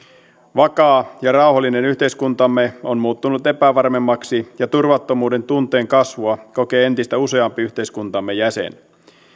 vakaa ja rauhallinen yhteiskuntamme on muuttunut epävarmemmaksi ja turvattomuuden tunteen kasvua kokee entistä useampi yhteiskuntamme jäsen